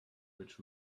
which